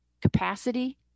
capacity